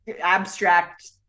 abstract